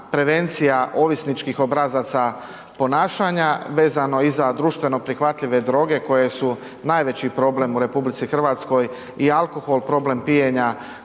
prevencija ovisničkih obrazaca ponašanja vezano i za društveno prihvatljive droge koje su najveći problem u RH i alkohol, problem pijenja